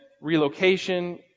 relocation